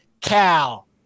Cal